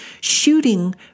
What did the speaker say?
shooting